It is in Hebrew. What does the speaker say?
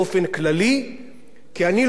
כי אני לא צריך ואני לא רוצה,